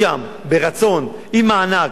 משם, ברצון, עם מענק,